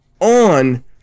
on